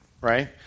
right